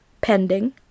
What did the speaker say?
pending